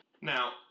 Now